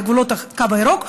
בגבולות הקו הירוק,